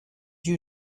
you